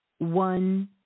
one